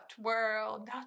World